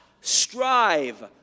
strive